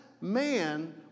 man